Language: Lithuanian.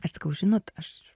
aš sakau žinot aš